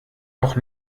doch